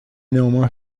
néanmoins